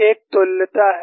एक तुल्यता है